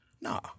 nah